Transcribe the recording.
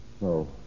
No